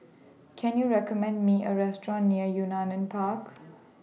Can YOU recommend Me A Restaurant near Yunnan in Park